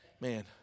man